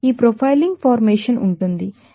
ఈ profiling formation ఉంటుంది మీకు 4